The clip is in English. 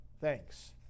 Thanks